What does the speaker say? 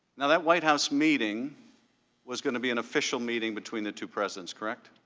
now, that white house meeting was going to be an official meeting between the two presidents, correct?